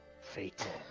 Fate